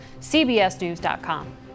cbsnews.com